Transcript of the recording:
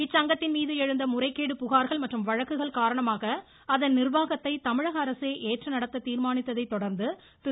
இச்சங்கத்தின் மீது எழுந்த முறைகேடு புகார்கள் மற்றும் வழக்குகள் காரணமாக அதன் நிர்வாகத்தை தமிழக அரசே ஏற்று நடத்த தீர்மானித்ததை தொடர்ந்து திரு